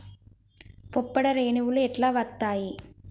పుప్పొడి రేణువులు ఎట్లా వత్తయ్?